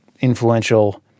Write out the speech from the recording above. influential